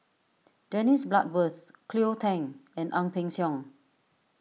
Dennis Bloodworth Cleo Thang and Ang Peng Siong